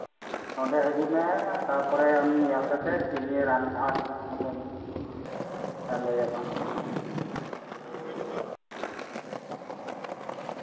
ᱱᱚᱸᱰᱮ ᱦᱤᱡᱩᱜ ᱢᱮ ᱛᱟᱨᱯᱚᱨᱮ ᱟᱢ ᱧᱮᱞ ᱠᱟᱛᱮᱫ ᱤᱧ ᱨᱟᱱ ᱠᱚᱦᱟᱸᱜ ᱴᱷᱤᱠ ᱢᱚᱛᱚᱧ ᱞᱟᱹᱭᱟᱢᱟ